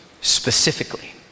specifically